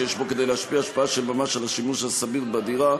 שיש בו כדי להשפיע השפעה של ממש על השימוש הסביר בדירה,